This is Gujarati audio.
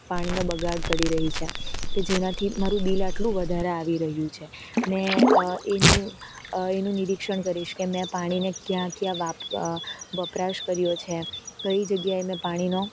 પાણીનો બગાડ કરી રહી છે કે જેનાથી મારું બિલ આટલું વધારે આવી રહ્યું છે મેં એની એનું નિરીક્ષણ કરીશ કે મે પાણીને ક્યાં ક્યાં વાપ વપરાશ કર્યો છે તો એ જગ્યાએ મેં પાણીનો